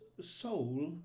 soul